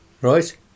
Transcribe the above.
right